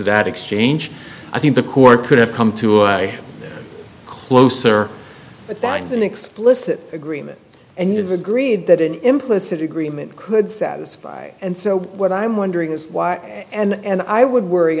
that exchange i think the court could have come to a closer but that is an explicit agreement and it's agreed that an implicit agreement could satisfy and so what i'm wondering is and i would worry